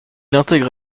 intègre